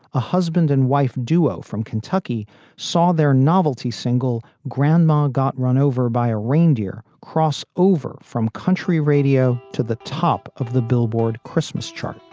a husband and wife duo from kentucky saw their novelty single grandma got run over by a reindeer cross over from country radio to the top of the billboard christmas chart